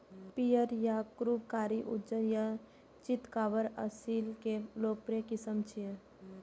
पीयर, याकूब, कारी, उज्जर आ चितकाबर असील के लोकप्रिय किस्म छियै